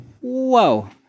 Whoa